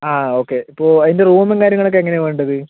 ആ ഓക്കെ ഇപ്പോൾ അതിൻ്റെ റൂമും കാര്യങ്ങളൊക്കെ എങ്ങനെയാ വേണ്ടത്